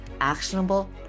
actionable